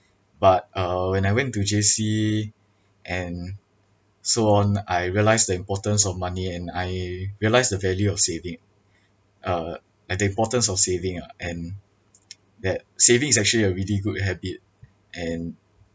but uh when I went to J_C and so on I realised the importance of money and I realised the value of saving uh and the importance of saving ah and that saving is actually a really good habit and